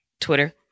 Twitter